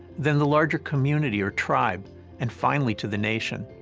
then the larger community or tribe and finally to the nation.